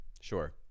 Sure